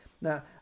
Now